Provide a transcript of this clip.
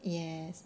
yes